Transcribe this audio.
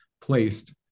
placed